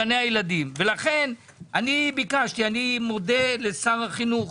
אני מודה לשר החינוך